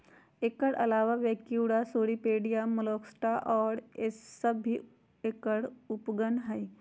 एकर अलावा Brachyura, Cirripedia, Malacostraca और सब भी एकर उपगण हई